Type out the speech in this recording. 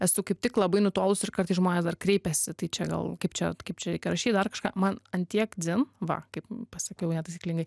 esu kaip tik labai nutolus ir kartais žmonės dar kreipiasi tai čia gal kaip čia kaip čia reikia rašyt dar kažką man ant tiek dzin va kaip pasakiau netaisyklingai